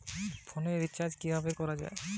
ফোনের রিচার্জ কিভাবে করা যায়?